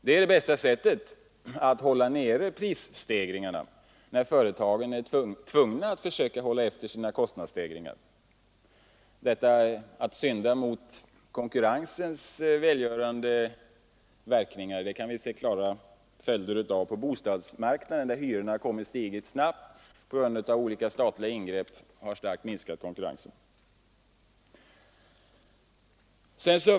Det är det bästa sättet att motverka prisstegringarna, när företagen är tvungna att försöka hålla efter sina kostnadsstegringar. Vi kan på bostadsmarknaden se klara följder av hur det är att synda mot konkurrensens välgörande verkningar. Där har hyrorna stigit snabbt på grund av att olika statliga ingrepp starkt har minskat konkurrensen.